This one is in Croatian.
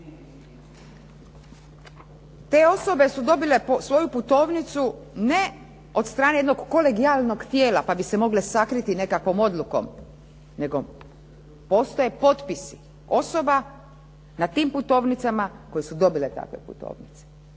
Te osobe su dobile svoju putovnicu ne od strane jednog kolegijalnog tijela pa bi se mogle sakriti nekakvom odlukom nego postaje potpis osoba na tim putovnicama koje su dobile takve putovnice.